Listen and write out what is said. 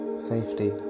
Safety